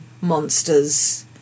monsters